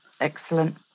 excellent